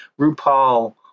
RuPaul